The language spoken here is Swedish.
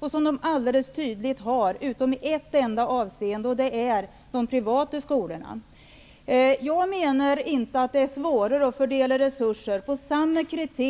Detta är alldeles tydligt utom i ett enda avseende, nämligen när det gäller de privata skolorna. Jag menar att det inte är svårare för kommunerna att fördela resurser till de privata skolorna